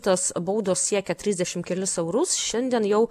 tos baudos siekė trisdešim kelis eurus šiandien jau